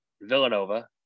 Villanova